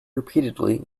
repeatedly